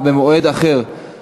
לעדכן את חברי